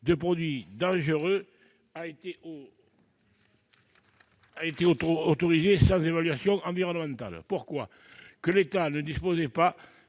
de produits dangereux a été autorisée sans évaluation environnementale. Pourquoi ? De même, l'État ne disposait pas